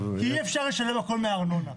כי אי אפשר לשלם הכול מהארנונה.